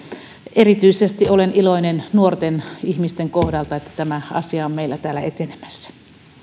erityisesti olen iloinen nuorten ihmisten kohdalta että tämä asia on meillä täällä etenemässä